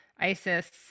ISIS